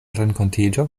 renkontiĝo